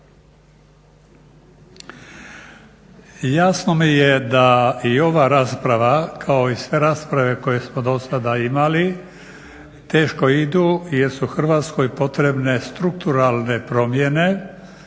Jasno mi je da i ova rasprava kao i sve rasprave koje smo do sada imali teško idu jer su Hrvatskoj potrebne strukturalne promjene